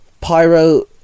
Pyro